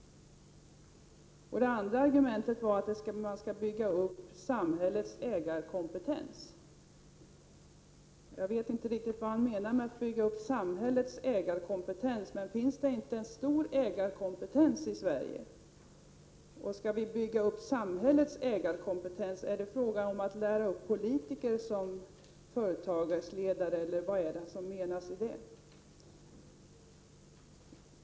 Det andra argumentet var att man skall bygga upp samhällets ägarkompetens. Jag vet inte vad Rune Jonsson menar med det. Finns det inte en stor ägarkompetens i Sverige? Att bygga upp samhällets ägarkompetens, är det att lära upp politiker till företagsledare eller vad är det?